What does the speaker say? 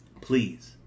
Please